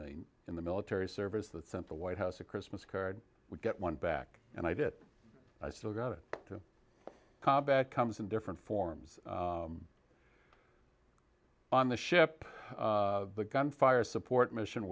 the in the military service that sent the white house a christmas card would get one back and i did it i still got it to come back comes in different forms on the ship the gunfire support mission